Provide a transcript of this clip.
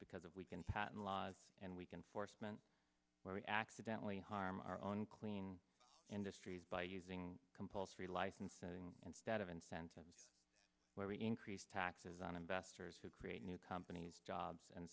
because if we can patent laws and we can force meant when we accidentally harm our own clean industries by using compulsory licensing instead of incentives where we increase taxes on investors who create new companies jobs and